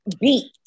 beat